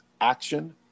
action